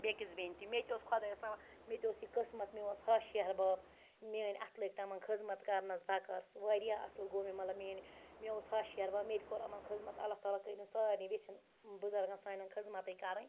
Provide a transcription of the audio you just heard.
بیکِس بٮ۪نہِ تہِ مےٚ تہِ اوس خۄدایَس حَوال مےٚ تہِ اوس یہِ قٕسمَت مےٚ اوس یہِ ہَش ہِحٮ۪ربب مِیٲنۍ اَتھٕ لٕگۍ تِمَن خٕذمَت کَرنَس بَکار سُہ واریاہ اصٕل گوو مےٚ مےٚ اوس ہَش ہِحٮ۪ربب مےٚ تہِ کٔر یِمن خٕذمَت اَللّہ تعالٰی کٔرِن سارِنٕے ییٚژھِنۍ بٕزَرگَن سانٮ۪ن خٕذمَتٕے کَرٕنۍ